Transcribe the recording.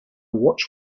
watch